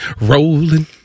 rolling